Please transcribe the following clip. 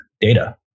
data